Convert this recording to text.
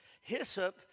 Hyssop